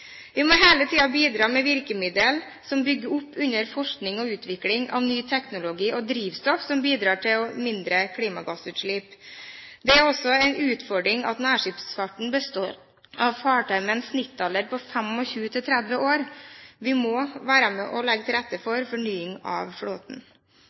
Vi må hele tiden bidra med virkemidler som bygger opp under forskning og utvikling av ny teknologi og drivstoff som bidrar til mindre klimagassutslipp. Det er også en utfordring at nærskipsfarten består av fartøy med en snittalder på 25–30 år. Vi må være med og legge til rette